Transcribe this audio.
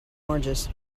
oranges